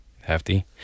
hefty